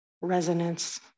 resonance